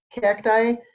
cacti